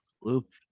loop